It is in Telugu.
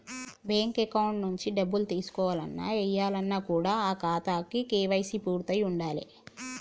బ్యేంకు అకౌంట్ నుంచి డబ్బులు తీసుకోవాలన్న, ఏయాలన్న కూడా ఆ ఖాతాకి కేవైసీ పూర్తయ్యి ఉండాలే